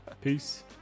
Peace